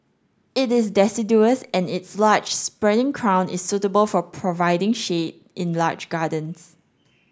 it is deciduous and its large spreading crown is suitable for providing shade in large gardens